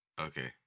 Okay